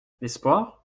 l’espoir